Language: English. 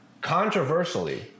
Controversially